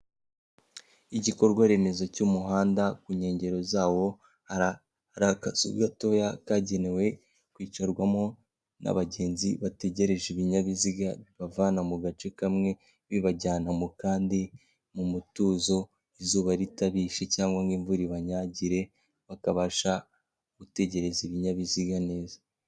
Igikorwa remezo cy'umuhanda ku nkengero zawo hari akazu gatoya kagenewe kwicarwamo n'abagenzi bategereje ibinyabiziga bibavana mu gace kamwe bibajyana mu kandi mu mutuzo izuba ritarishe cyangwa ngo imvura ibanyagire bakabasha gutegereza ibinyabiziga neza.